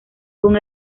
con